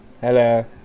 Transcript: Hello